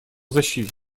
защите